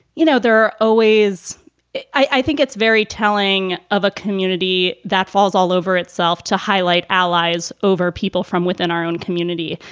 you know, there always i think it's very telling of a community that falls all over itself to highlight allies over people from within our own community.